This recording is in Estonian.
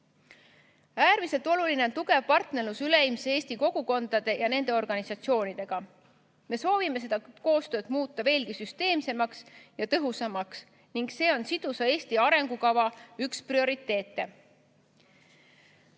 Äärmiselt oluline on tugev partnerlus üleilmsete eesti kogukondade ja nende organisatsioonidega. Me soovime seda koostööd muuta veelgi süsteemsemaks ja tõhusamaks. See on sidusa Eesti arengukava üks prioriteete. Ka